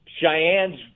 Cheyenne's